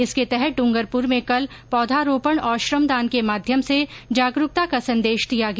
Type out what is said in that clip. इसके तहत ड्ंगरपुर में कल पौधारोपण और श्रमदान के माध्यम से जागरूकता का संदेश दिया गया